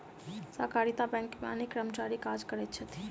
सहकारिता बैंक मे अनेक कर्मचारी काज करैत छथि